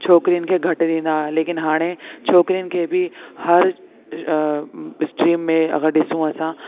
छोकिरीयुनि खे घटि ॾींदा हुया लेकिन हाणे छोकिरीयुनि खे बि हर अ स्ट्रीम में अगरि ॾिसूं असां